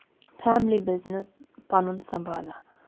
family business پَنُن سَمبالان